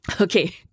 Okay